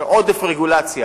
שיש עודף רגולציה,